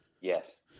Yes